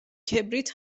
کبریت